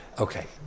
Okay